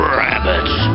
rabbits